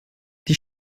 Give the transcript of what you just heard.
die